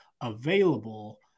available